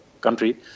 country